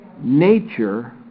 nature